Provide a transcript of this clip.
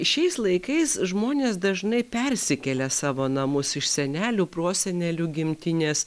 šiais laikais žmonės dažnai persikelia savo namus iš senelių prosenelių gimtinės